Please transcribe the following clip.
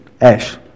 ash